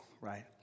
right